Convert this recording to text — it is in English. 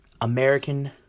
American